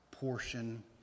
Portion